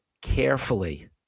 carefully